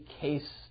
case